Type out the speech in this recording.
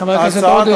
לחבר הכנסת עודה.